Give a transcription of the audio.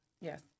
Yes